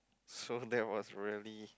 so that was really